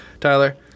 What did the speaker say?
Tyler